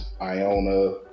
Iona